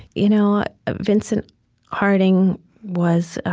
you know ah vincent harding was